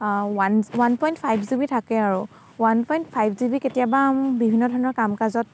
one one point five G B থাকে আৰু one point five G B কেতিয়াবা বিভিন্ন ধৰণৰ কাম কাজত